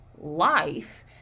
life